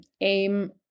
aim